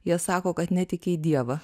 jie sako kad netiki į dievą